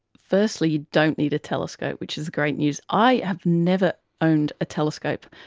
firstly you don't need a telescope, which is great news. i have never owned a telescope.